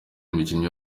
umukinnyi